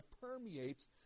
permeates